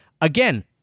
again